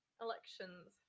Elections